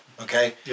okay